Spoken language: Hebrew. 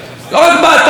כי הדם שלנו,